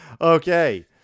Okay